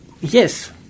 Yes